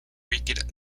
rican